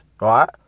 right